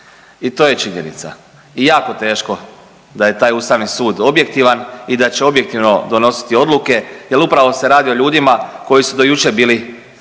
i to je činjenica. I jako teško da je taj Ustavni sud objektivan i da će objektivno donositi odluke jer upravo se radi o ljudima koji su do jučer bili